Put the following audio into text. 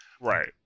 Right